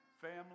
family